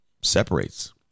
separates